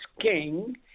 king